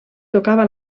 tocava